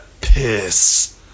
Piss